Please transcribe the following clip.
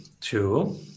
two